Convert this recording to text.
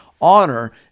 honor